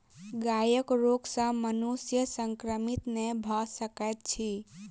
गायक रोग सॅ मनुष्य संक्रमित नै भ सकैत अछि